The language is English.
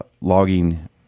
logging